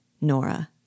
Nora